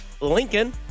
Lincoln